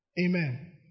Amen